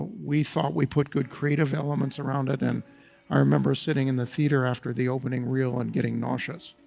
we thought we put good creative elements around it and i remember sitting in the theater after the opening real and getting nauseous.